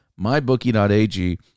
Mybookie.ag